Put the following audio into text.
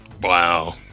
Wow